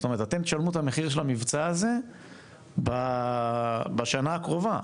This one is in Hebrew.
זאת אומרת שאתם תשלמו את המחיר של המבצע הזה בשנה הקרובה,